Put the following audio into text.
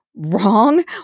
wrong